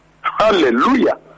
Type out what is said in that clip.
Hallelujah